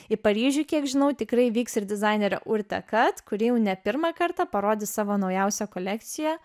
į paryžių kiek žinau tikrai vyks ir dizainerio urte kad kuri jau ne pirmą kartą parodys savo naujausią kolekciją